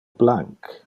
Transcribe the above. blanc